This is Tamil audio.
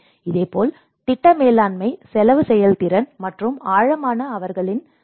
இதேபோல் திட்ட மேலாண்மை செலவு செயல்திறன் மற்றும் ஆழமான சேவை தொடர்பான நிதி ஆலோசனையிலும் செயல்படுகிறது